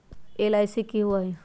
LIC की होअ हई?